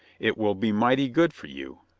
it will be mighty good for you.